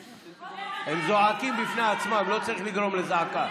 הם זועקים בפני עצמם, לא צריך לדאוג לזעקה.